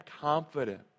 confident